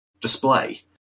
Display